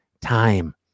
Time